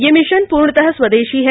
यह मिशन पूर्णतः स्वदेशी है